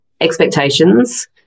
expectations